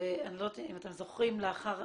אולי צריך לעבות את כל גופי החירום,